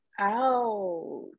out